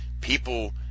people